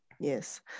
Yes